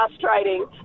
frustrating